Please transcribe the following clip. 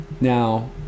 Now